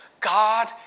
God